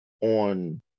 on